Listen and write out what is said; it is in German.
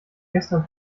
gestern